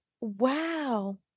wow